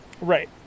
Right